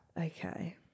Okay